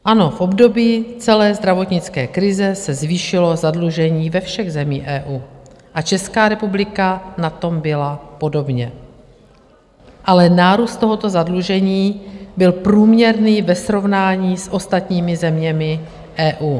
Ano, v období celé zdravotnické krize se zvýšilo zadlužení ve všech zemích EU a Česká republika na tom byla podobně, ale nárůst tohoto zadlužení byl průměrný ve srovnání s ostatními zeměmi EU.